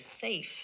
safe